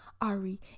Ari